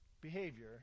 behavior